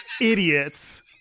idiots